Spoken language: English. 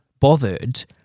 bothered